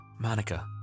Monica